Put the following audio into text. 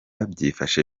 byifashe